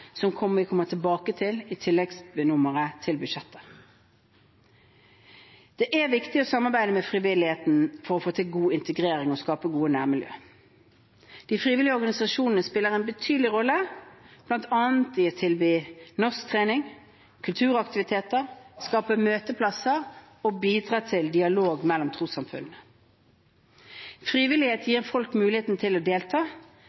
som vi kommer tilbake til i tilleggsnummeret til budsjettet. Det er viktig å samarbeide med frivilligheten for å få til god integrering og skape gode nærmiljø. De frivillige organisasjonene spiller en betydelig rolle ved bl.a. å tilby norsktrening, kulturaktiviteter, skape møteplasser og bidra til dialog mellom trossamfunnene. Frivilligheten gir folk mulighet til å delta,